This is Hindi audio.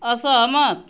असहमत